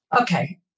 Okay